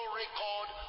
record